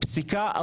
אני לא מבינה,